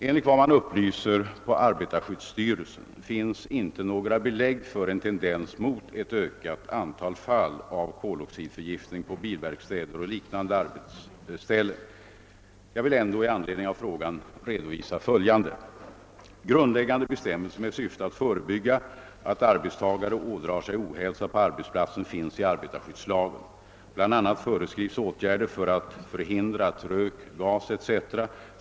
Enligt vad man upplyser på arbetarskyddsstyrelsen finns inte några belägg för en tendens mot ett ökat antal fall av koloxidförgiftning på bilverkstäder och liknande arbetsställen. Jag vill ändå i anledning av frågan redovisa följande. Grundläggande bestämmelser med syfte att förebygga att arbetstagare ådrar sig ohälsa på arbetsplatsen finns i arbetarskyddslagen. BL a. föreskrivs åtgärder för att förhindra att rök, gas etc.